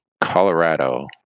Colorado